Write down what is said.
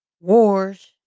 wars